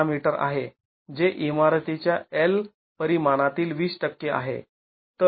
६ metre आहे जे इमारतीच्या L परिमाणातील २० टक्के आहे